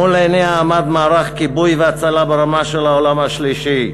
מול עיניה עמד מערך כיבוי והצלה ברמה של העולם השלישי.